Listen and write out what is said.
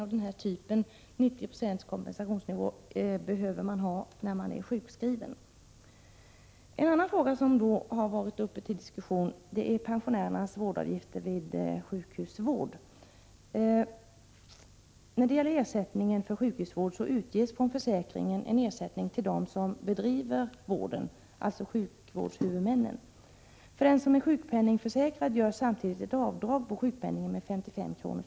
Man behöver ha en 90-procentig kompensationsnivå när man är sjukskriven. En annan fråga som har varit uppe till diskussion är pensionärernas vårdavgifter vid sjukhusvård. Vid sjukhusvård utges från försäkringen en ersättning till dem som bedriver vården, alltså till sjukvårdshuvudmännen. För den sjukpenningförsäkrade görs samtidigt ett avdrag från sjukpenningen om 55 kr.